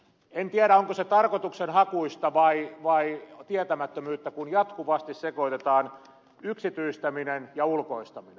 en tiedä onko se tarkoituksenhakuisuutta vai tietämättömyyttä kun jatkuvasti sekoitetaan yksityistäminen ja ulkoistaminen